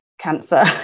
cancer